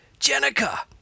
Jenica